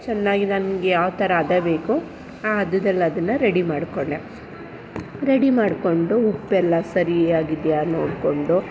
ಚೆನ್ನಾಗಿ ನನ್ಗ್ಯಾವ ಥರ ಅದು ಬೇಕು ಆ ಅದಲ್ ಅದನ್ನು ರೆಡಿ ಮಾಡಿಕೊಂಡೆ ರೆಡಿ ಮಾಡಿಕೊಂಡು ಉಪ್ಪೆಲ್ಲ ಸರಿಯಾಗಿದೆಯಾ ನೋಡಿಕೊಂಡು